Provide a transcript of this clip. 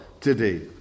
today